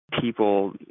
people